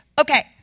okay